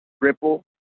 ripple